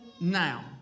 now